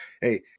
hey